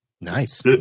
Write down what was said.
Nice